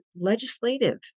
legislative